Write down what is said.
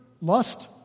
lust